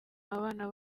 abana